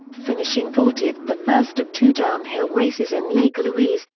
finishing fortieth the first of two downhill races in lake louise,